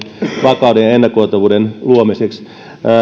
vakauden ja ennakoitavuuden luomisessa